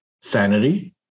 sanity